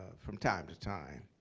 from time to time.